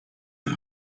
and